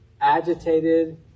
agitated